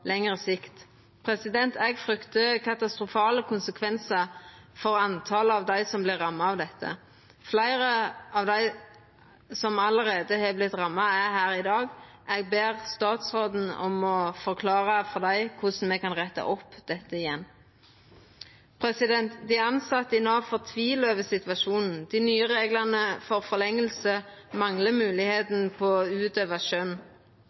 lengre sikt? Eg fryktar katastrofale konsekvensar når det gjeld talet på dei som vert ramma av dette. Fleire av dei som allereie har vorte ramma, er her i dag, og eg ber statsråden om å forklara for dei korleis me kan retta opp dette igjen. Dei tilsette i Nav fortvilar over situasjonen. Dei nye reglane for forlenging manglar